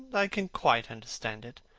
i can quite understand it.